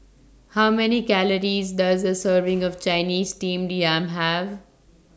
How Many Calories Does A Serving of Chinese Steamed Yam Have